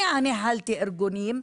אני ניהלתי ארגונים.